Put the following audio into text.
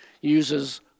uses